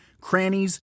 crannies